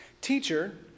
Teacher